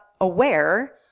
aware